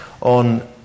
on